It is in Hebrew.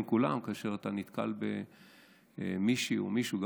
כולם כאשר אתה נתקל במישהי או מישהו,